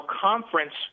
conference